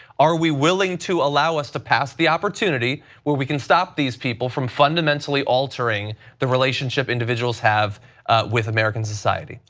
are we willing to allow us to pass the opportunity where we can stop these people from fundamentally altering the relationship individuals have with american society?